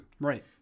Right